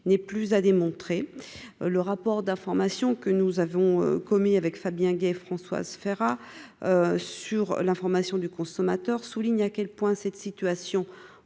n'est plus à démontrer, le rapport d'information que nous avons commis avec Fabien Gay Françoise Férat sur l'information du consommateur, souligne à quel point cette situation